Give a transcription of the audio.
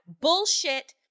bullshit